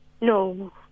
No